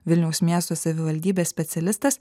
vilniaus miesto savivaldybės specialistas